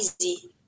easy